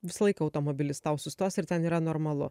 visą laiką automobilis tau sustos ir ten yra normalu